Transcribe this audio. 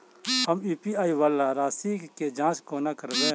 हम यु.पी.आई वला राशि केँ जाँच कोना करबै?